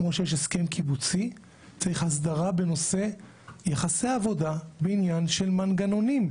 כמו שיש קיבוצי צריך הסדרה בנושא יחסי עבודה בעניין של מנגנונים,